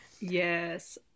Yes